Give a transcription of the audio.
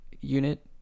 unit